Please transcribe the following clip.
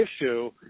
issue